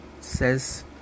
says